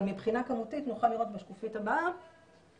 אבל מבחינה כמותית, נוכל לראות בשקופית הבאה